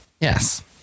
Yes